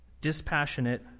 dispassionate